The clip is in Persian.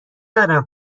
ندارم